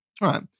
Right